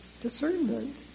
discernment